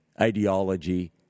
ideology